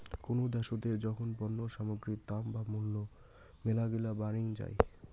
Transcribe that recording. কোনো দ্যাশোত যখন পণ্য সামগ্রীর দাম বা মূল্য মেলাগিলা বাড়িং যাই